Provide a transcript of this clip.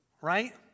right